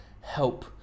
help